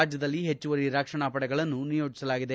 ರಾಜ್ಯದಲ್ಲಿ ಹೆಚ್ಚುವರಿ ರಕ್ಷಣಾ ಪಡೆಗಳನ್ನು ನಿಯೋಜಿಸಲಾಗಿದೆ